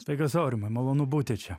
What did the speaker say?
sveikas aurimai malonu būti čia